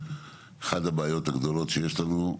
אחת הבעיות הגדולות שיש לנו,